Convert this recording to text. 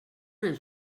els